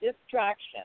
distraction